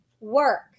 work